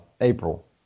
April